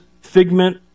figment